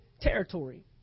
territory